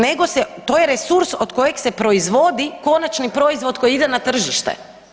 Nego se, to je resurs od kojeg se proizvodi konačni proizvod koji ide na tržište.